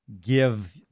give